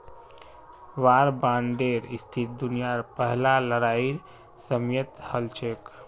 वार बांडेर स्थिति दुनियार पहला लड़ाईर समयेत हल छेक